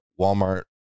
Walmart